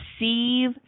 receive